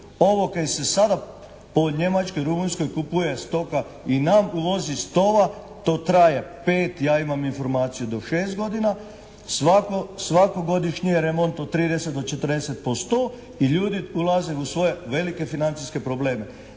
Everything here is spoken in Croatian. Ovo kaj se sada po Njemačkoj, Rumunjskoj kupuje stoka i nam uvozi iz tova to traje 5, ja imam informaciju do 6 godina. Svako godišnje remont od 30-40% i ljudi ulaze u svoje velike financijske probleme.